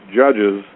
judges